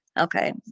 Okay